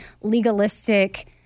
legalistic